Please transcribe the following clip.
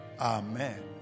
Amen